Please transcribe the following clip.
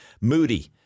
Moody